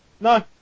no